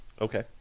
Okay